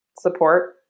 support